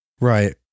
Right